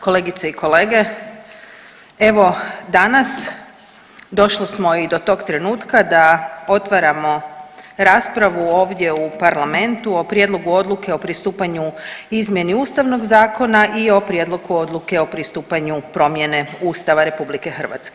Kolegice i kolege, evo danas došli smo i do tog trenutka da otvaramo raspravu ovdje u parlamentu o prijedlogu odluke o pristupanju izmjeni Ustavnog zakona i o prijedlogu odluke o pristupanju promjene Ustava RH.